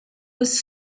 was